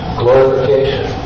glorification